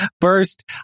First